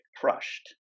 crushed